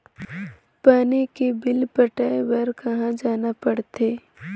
पानी के बिल पटाय बार कहा जाना पड़थे?